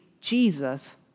Jesus